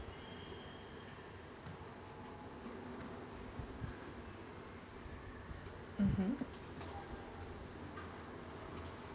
mmhmm